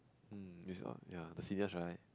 um its all ya the seniors right